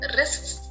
risks